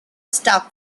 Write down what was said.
stuck